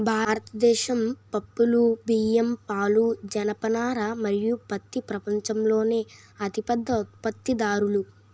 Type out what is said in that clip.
భారతదేశం పప్పులు, బియ్యం, పాలు, జనపనార మరియు పత్తి ప్రపంచంలోనే అతిపెద్ద ఉత్పత్తిదారులు